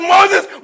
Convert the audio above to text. Moses